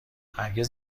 هرگز